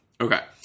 okay